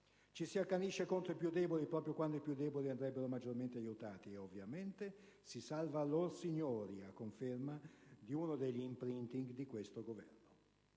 Ci si accanisce contro i più deboli proprio quando i più deboli andrebbero maggiormente aiutati e, ovviamente, si salvano "lor signori", a conferma di uno degli *imprinting* di questo Governo.